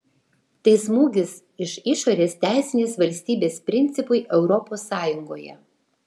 tai smūgis iš išorės teisinės valstybės principui europos sąjungoje